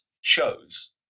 shows